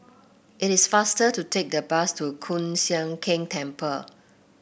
it is faster to take the bus to Hoon Sian Keng Temple